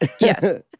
Yes